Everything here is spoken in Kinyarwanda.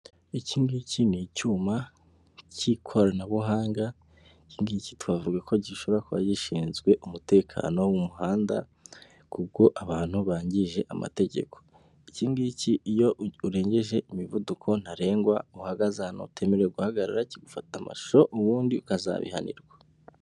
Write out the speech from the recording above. Ikingiki ni icyuma cy'ikoranabuhanga, ikingiki twavuga ko gishobora kuba gishinzwe umutekano wo mu muhanda kuko abantu bangije amategeko. Ikingiki iyo urengeje imivuduko ntarengwa, uhagaze hano utemerewe guhagarara, kigafata amashusho ubundi ukazabihanirwa.